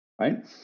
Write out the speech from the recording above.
Right